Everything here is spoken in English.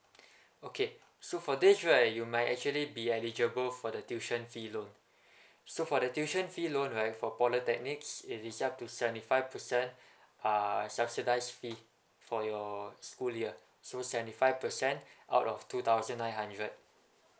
okay so for this right you might actually be eligible for the tuition fee loan so for the tuition fee loan right for polytechnics it is up to seventy five percent uh subsidized fee for your school year so seventy five percent out of two thousand nine hundred